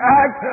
act